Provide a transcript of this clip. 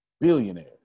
billionaires